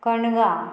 कणगां